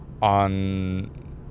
on